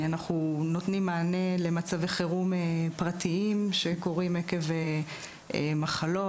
אנחנו נותנים מענה למצבי חירום פרטיים שקורים עקב מחלות,